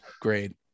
great